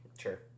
Sure